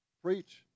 Preach